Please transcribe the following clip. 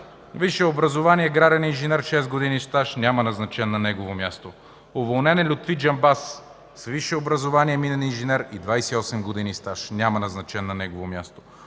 висше образование, аграрен инженер, 6 години стаж. Няма назначен на негово място. Уволнен е Лютви Джамбаз – с висше образование, минен инженер и 28 години стаж. Няма назначен на негово място.